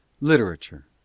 LITERATURE